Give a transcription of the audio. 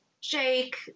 Jake